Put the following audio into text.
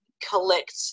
collect